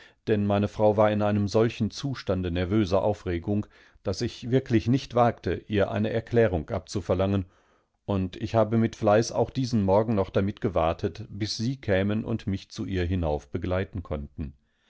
wasdieneuewärteringesagtodergetan hatte daßmeinefraudarübersoerschrockenwar fuhrmr franklandfort ichkann aberhierübernichtsgenauesmitteilen dennmeinefrauwarineinemsolchenzustande nervöser aufregung daß ich wirklich nicht wagte ihr eine erklärung abzuverlangen und ich habe mit fleiß auch diesen morgen noch damit gewartet bis sie kämen und mich zu ihr hinauf begleiten könnten